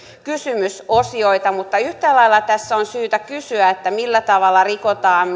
kysymysosioita mutta yhtä lailla tässä on syytä kysyä millä tavalla rikotaan